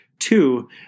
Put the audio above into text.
Two